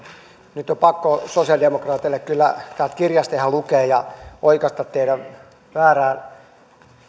nyt on pakko sosialidemokraateille kyllä täältä kirjasta ihan lukea ja oikaista teidän väärää